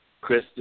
Chris